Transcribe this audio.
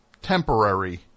temporary